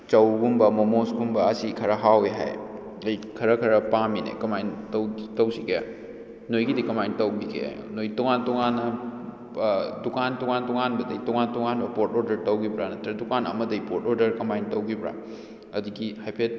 ꯆꯧꯒꯨꯝꯕ ꯃꯣꯃꯣꯒꯨꯝꯕ ꯑꯁꯤ ꯈꯔ ꯍꯥꯎꯏ ꯍꯥꯏ ꯑꯩ ꯈꯔ ꯈꯔ ꯄꯥꯝꯃꯤꯅꯦ ꯀꯃꯥꯏꯅ ꯇꯧ ꯇꯧꯁꯤꯒꯦ ꯅꯣꯏꯒꯤꯗꯤ ꯀꯃꯥꯏꯅ ꯇꯧꯈꯤꯒꯦ ꯅꯣꯏ ꯇꯣꯉꯥꯟ ꯇꯣꯉꯥꯟꯅ ꯗꯨꯀꯥꯟ ꯇꯣꯉꯥꯟ ꯇꯣꯉꯥꯟꯕꯗꯒꯤ ꯇꯣꯉꯥꯟ ꯇꯣꯉꯥꯟꯕ ꯄꯣꯠ ꯑꯣꯔꯗꯔ ꯇꯧꯈꯤꯕ꯭ꯔꯥ ꯅꯠꯇ꯭ꯔ ꯗꯨꯀꯥꯟ ꯑꯃꯗꯒꯤ ꯄꯣꯠ ꯑꯣꯔꯗꯔ ꯀꯃꯥꯏꯅ ꯇꯧꯈꯤꯕ꯭ꯔꯥ ꯑꯗꯨꯒꯤ ꯍꯥꯏꯐꯦꯠ